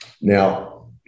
Now